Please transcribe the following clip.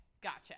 gotcha